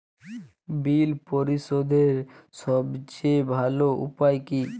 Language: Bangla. বিল পরিশোধের সবচেয়ে ভালো উপায় কী?